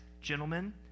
gentlemen